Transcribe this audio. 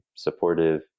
supportive